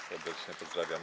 Serdecznie pozdrawiamy.